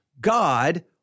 God